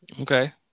Okay